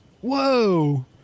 whoa